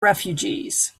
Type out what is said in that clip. refugees